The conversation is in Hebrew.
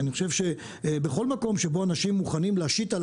אני חושב שבכל מקום שבו אנשים מוכנים להשית על